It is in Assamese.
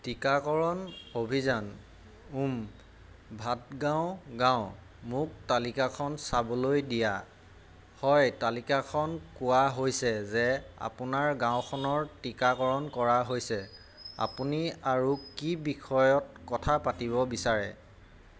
টীকাকৰণ অভিযান উম ভাতগাঁও গাঁও মোক তালিকাখন চাবলৈ দিয়া হয় তালিকাখনত কোৱা হৈছে যে আপোনাৰ গাঁওখনৰ টীকাকৰণ কৰা হৈছে আপুনি আৰু কি বিষয়ত কথা পাতিব বিচাৰে